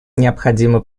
необходимы